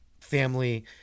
family